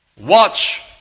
watch